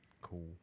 Cool